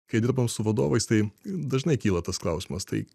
kai dirbam su vadovais tai dažnai kyla tas klausimas tai